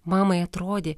mamai atrodė